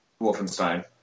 Wolfenstein